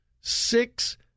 Six